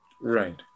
Right